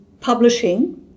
publishing